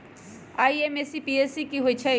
IMPS की होईछइ?